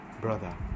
Brother